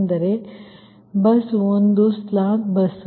ಅಂದರೆ bus 1 slack bus